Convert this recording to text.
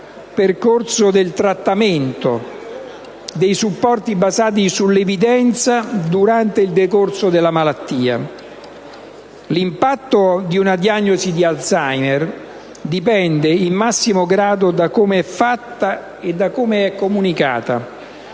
percorso di trattamento, cura e supporto basati sull'evidenza, durante il decorso della malattia. L'impatto di una diagnosi di Alzheimer dipende in massimo grado da come è fatta e comunicata.